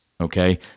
okay